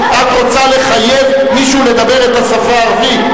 ואת רוצה לחייב מישהו לדבר בשפה הערבית?